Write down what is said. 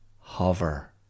Hover